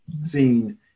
seen